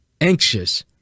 anxious